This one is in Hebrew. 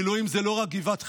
מילואים זה לא רק גבעת חלפון,